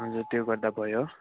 हजुर त्यो गर्दा भयो